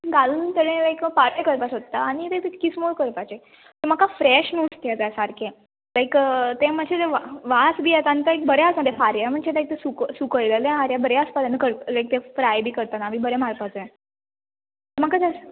घालून आमी एक बरी पार्टी करपाक सोदता आनी ती किसमूर करपाचे म्हाका फ्रेश नुस्तें जाय सारकें लायक तें मातशें वास बी येता आनी तें बोरें आसना तें खाऱ्या म्हुणजे तें एक सुको सुकोयल्लें खारें बोरें आसपा जाय न्हू लायक तें फ्राय बी करतना बी बरें मारपाक जाय म्हाका